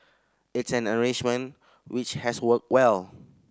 it's an arrangement which has worked well